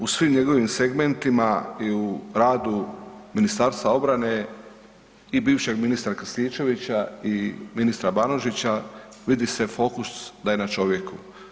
U svim njegovim segmentima i u radu Ministarstva obrane i bivšeg ministra Krstičevića i ministra Banožića vidi se fokus da je na čovjeku.